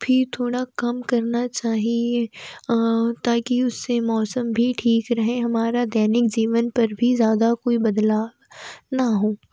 भी थोड़ा कम करना चाहिए ताकि उससे मौसम भी ठीक रहे हमारा दैनिक जीवन पर भी ज़्यादा कोई बदलाव न हो